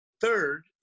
third